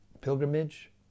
pilgrimage